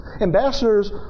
Ambassadors